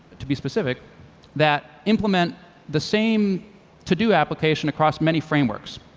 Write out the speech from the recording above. to be specific that implement the same to do application across many frameworks.